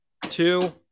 two